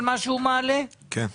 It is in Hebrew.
כן.